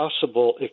possible